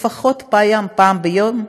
לפחות פעם ביום,